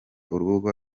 urubuga